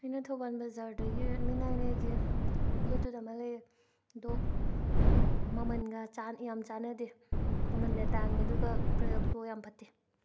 ꯑꯩꯅ ꯊꯧꯕꯥꯜ ꯕꯖꯥꯔꯗꯒꯤ Redmi nine ꯑꯦꯒꯤ ꯕ꯭ꯂꯨꯇꯨꯠ ꯑꯃ ꯂꯩ ꯑꯗꯣ ꯃꯃꯟꯒ ꯆꯥꯟ ꯌꯥꯝ ꯆꯥꯅꯗꯦ ꯃꯃꯟꯅ ꯇꯥꯡꯉꯦ ꯑꯗꯨꯒ ꯄ꯭ꯔꯗꯛꯇꯣ ꯌꯥꯝ ꯐꯠꯇꯦ